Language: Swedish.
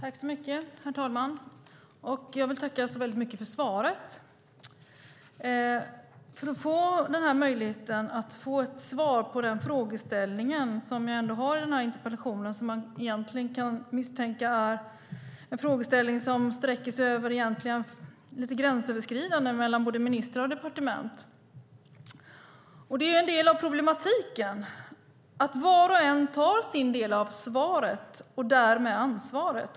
Herr talman! Jag vill tacka så väldigt mycket för denna möjlighet att få ett svar på den frågeställning jag har i interpellationen, även om man kan misstänka att det är en frågeställning som är gränsöverskridande mellan både ministrar och departement. Det är en del av problemet att var och en tar sin del av svaret och därmed ansvaret.